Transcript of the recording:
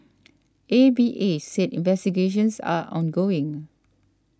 A V A said investigations are ongoing